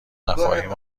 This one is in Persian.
مفاهیم